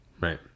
Right